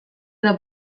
edo